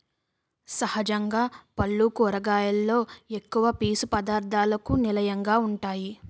సహజంగా పల్లు కూరగాయలలో ఎక్కువ పీసు పధార్ధాలకు నిలయంగా వుంటాయి